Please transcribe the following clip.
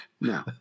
no